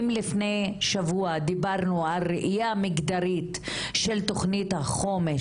אם לפני שבוע דיברנו על ראייה מגדרית של תכנית החומש,